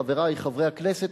חברי חברי הכנסת,